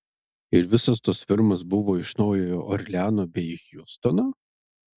ir visos tos firmos buvo iš naujojo orleano bei hjustono